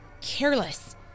careless